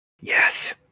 yes